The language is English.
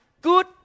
good